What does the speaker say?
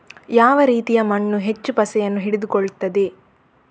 ಯಾವ ರೀತಿಯ ಮಣ್ಣು ಹೆಚ್ಚು ಪಸೆಯನ್ನು ಹಿಡಿದುಕೊಳ್ತದೆ?